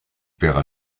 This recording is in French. payera